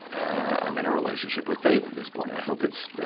i'm in a relationship with faith at this point. i hope it's, ah,